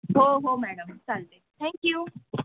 हो हो मॅडम चालते थँक्यू